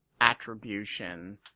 attribution